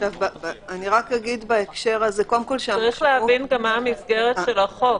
גם יש להבין מה מסגרת החוק.